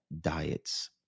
diets